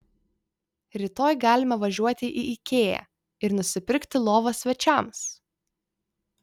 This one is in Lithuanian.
rytoj galime važiuoti į ikea ir nusipirkti lovą svečiams